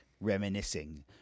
reminiscing